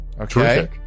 Okay